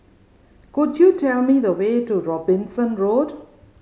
could you tell me the way to Robinson Road